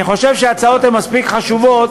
אני חושב שההצעות הן מספיק חשובות,